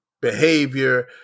behavior